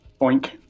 Boink